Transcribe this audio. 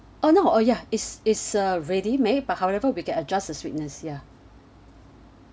oh no oh ya is is a ready made by however we can adjust the sweetness ya